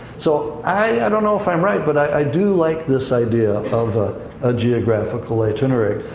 so, i don't know if i'm right, but i do like this idea of a ah geographical itinerary.